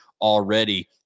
already